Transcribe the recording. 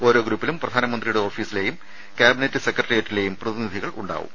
ഓരോ ഗ്രൂപ്പിലും പ്രധാനമന്ത്രിയുടെ ഓഫീസിലെയും ക്യാബിനറ്റ് സെക്രട്ടറിയേറ്റിലെയും പ്രതിനിധികളുണ്ടാകും